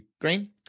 Green